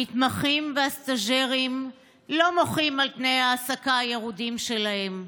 המתמחים והסטז'רים לא מוחים על תנאי ההעסקה הירודים שלהם.